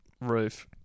roof